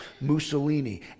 Mussolini